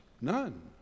None